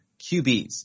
QBs